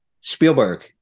Spielberg